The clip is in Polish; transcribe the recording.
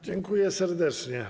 Dziękuję serdecznie.